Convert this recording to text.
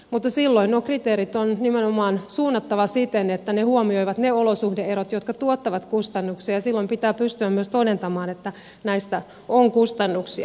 mutta silloin nuo kriteerit on nimenomaan suunnattava siten että ne huomioivat ne olosuhde erot jotka tuottavat kustannuksia ja silloin pitää pystyä myös todentamaan että näistä on kustannuksia